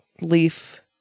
leaf